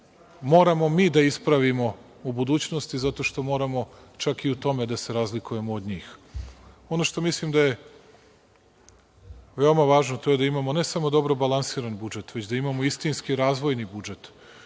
To moramo mi da ispravimo u budućnosti zato što moramo čak i u tome da se razlikujemo od njih. Ono što mislim da je veoma važno, to je da imamo ne samo dobro balansiran budžet već da imamo istinski razvojni budžet.